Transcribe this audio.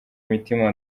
mutima